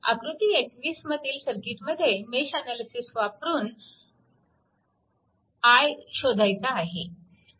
आकृती 21 मधील सर्किटमध्ये मेश अनालिसिस वापरून I शोधायचा आहे